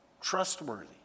Trustworthy